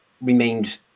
remained